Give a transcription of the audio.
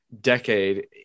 decade